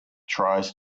tries